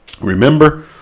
Remember